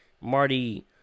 Marty